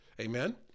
Amen